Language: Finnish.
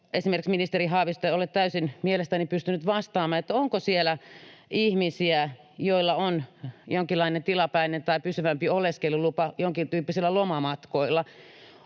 esimerkiksi ministeri Haavisto ei ole mielestäni täysin pystynyt vastaamaan, siis onko siellä ihmisiä, joilla on jonkinlainen tilapäinen tai pysyvämpi oleskelulupa, jonkintyyppisillä lomamatkoilla,